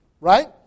Right